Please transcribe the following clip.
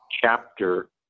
chapter